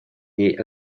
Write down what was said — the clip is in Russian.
ней